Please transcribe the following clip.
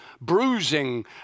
bruising